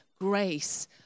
grace